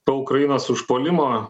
po ukrainos užpuolimo